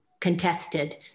contested